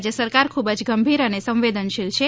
રાજય સરકાર ખૂબ જ ગંભીર અને સંવેદનશીલ છે